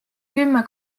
kümme